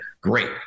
Great